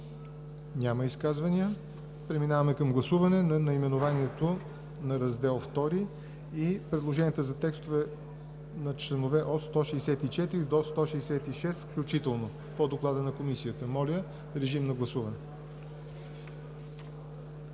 Няма изказвания. Преминаваме към гласуване на наименованието на Раздел II и предложенията за текстове на членове от 164 до 166 включително по доклада на Комисията. Гласували